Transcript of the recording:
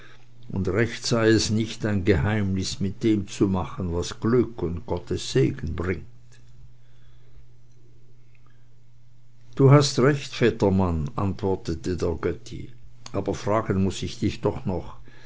und recht sei es nicht ein geheimnis mit dem zu machen was glück und gottes segen bringt du hast recht vettermann antwortete der götti aber fragen muß ich dich doch noch